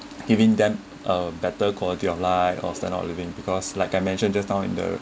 giving them a better quality of life of standard of living because like I mentioned just now in the